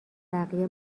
بقیه